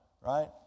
right